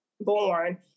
born